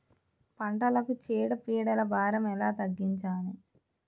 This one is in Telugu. పంటలకు చీడ పీడల భారం ఎలా తగ్గించాలి?